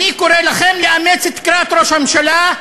אני קורא לכם לאמץ את קריאת ראש הממשלה,